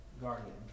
guardian